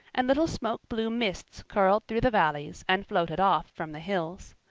and little smoke-blue mists curled through the valleys and floated off from the hills.